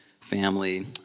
family